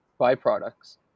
byproducts